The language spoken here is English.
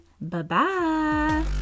Bye-bye